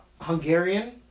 Hungarian